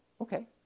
okay